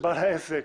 העסק,